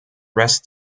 rest